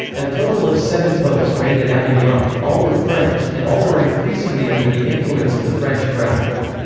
a total of seven popes reigned at avignon all were french, and all were increasingly under the influence of the french crown.